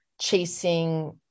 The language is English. chasing